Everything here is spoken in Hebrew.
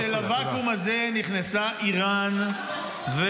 ויותר חמור מזה, לוואקום נכנסה איראן והשתלטה.